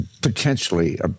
potentially